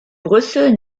brüssel